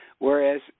Whereas